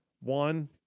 One